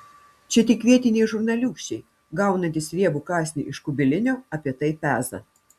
čia tik vietiniai žurnaliūkščiai gaunantys riebų kasnį iš kubilinio apie tai peza